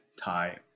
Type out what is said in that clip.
Thai